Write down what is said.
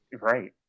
Right